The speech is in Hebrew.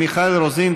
מיכל רוזין,